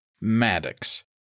Maddox